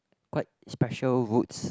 quite special woods